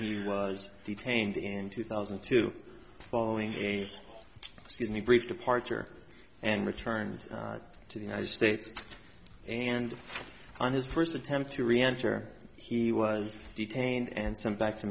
he was detained in two thousand and two following a skinny brief departure and returned to the united states and on his first attempt to reenter he was detained and some back to